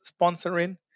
sponsoring